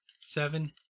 seven